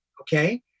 Okay